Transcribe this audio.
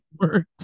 works